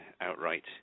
outright